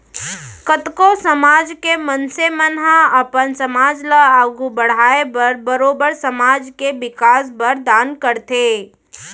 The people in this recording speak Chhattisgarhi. कतको समाज के मनसे मन ह अपन समाज ल आघू बड़हाय बर बरोबर समाज के बिकास बर दान करथे